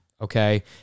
okay